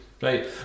right